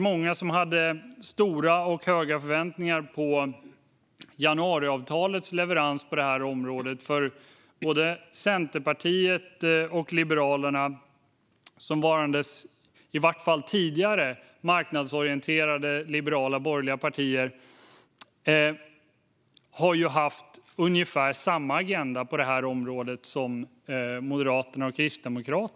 Många hade säkert höga förväntningar på januariavtalets leverans på området. Både Centerpartiet och Liberalerna, så som åtminstone tidigare varande marknadsorienterade liberala och borgerliga partier, har haft ungefär samma agenda på området som Moderaterna och Kristdemokraterna.